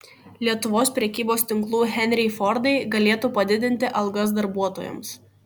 lietuvos prekybos tinklų henriai fordai galėtų padidinti algas darbuotojams